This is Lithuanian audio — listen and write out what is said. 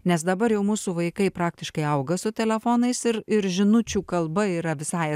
nes dabar jau mūsų vaikai praktiškai auga su telefonais ir ir žinučių kalba yra visai